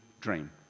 dream